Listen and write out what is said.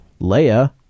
Leia